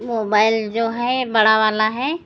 mobile जो है बड़ा वाला है